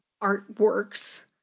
artworks